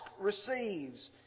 receives